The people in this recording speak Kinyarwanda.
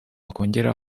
wakongera